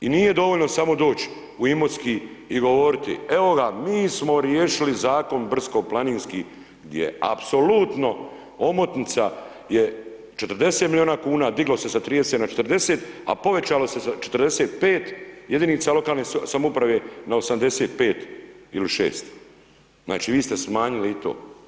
I nije dovoljno samo doći u Imotski i govoriti, evo ga, mi smo riješili Zakon brdsko-planinski gdje je apsolutno, omotnica je 40 milijuna kuna, diglo se sa 30 na 40, a povećalo se sa 45 jedinica lokalne samouprave na 85 ili 86, znači vi ste smanjili i to.